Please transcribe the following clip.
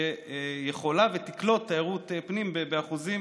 שיכולה ותקלוט תיירות פנים באחוזים